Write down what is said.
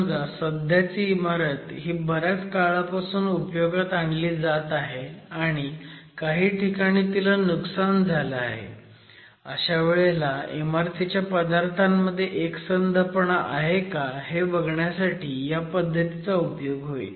समजा सध्याची इमारत ही बऱ्याच काळापासून उपयोगात आणली जात आहे आणि काही ठिकाणी तिला नुकसान झालं आहे अशा वेळेला इमारतीच्या पदार्थांमध्ये एकसंधपणा आहे का हे बघण्यासाठी ह्या पद्धतीचा उपयोग होईल